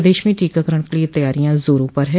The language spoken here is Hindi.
प्रदेश में टीकाकरण के लिए तैयारियां जोरों पर हैं